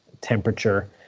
temperature